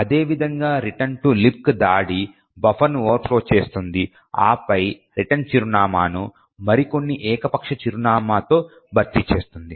అదే విధంగా return to libc దాడి బఫర్ను ఓవర్ ఫ్లో చేస్తుంది ఆపై రిటర్న్ చిరునామాను మరికొన్ని ఏకపక్ష చిరునామాతో భర్తీ చేస్తుంది